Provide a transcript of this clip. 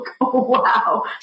wow